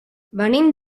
venim